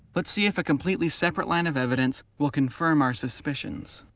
let's see if a completely separate line of evidence will confirm our suspicions.